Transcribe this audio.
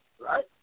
right